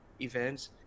events